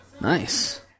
Nice